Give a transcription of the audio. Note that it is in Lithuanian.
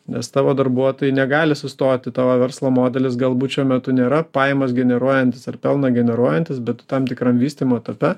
nes tavo darbuotojai negali sustoti tavo verslo modelis galbūt šiuo metu nėra pajamas generuojantis ar pelną generuojantis bet tam tikram vystymo etape